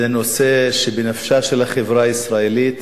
זה נושא שבנפשה של החברה הישראלית.